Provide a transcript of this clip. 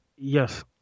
yes